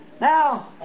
Now